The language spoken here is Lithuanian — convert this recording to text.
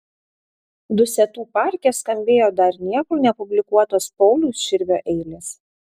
dusetų parke skambėjo dar niekur nepublikuotos pauliaus širvio eilės